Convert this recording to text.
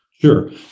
Sure